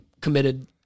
committed